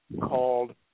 called